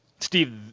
Steve